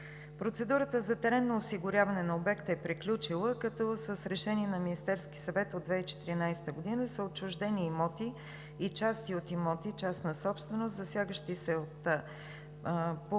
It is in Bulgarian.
Процедурата за теренно осигуряване на обекта е приключила, като с решение на Министерския съвет от 2014 г. са отчуждени имоти и части от имоти, частна собственост, засягащи се по